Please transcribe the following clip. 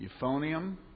Euphonium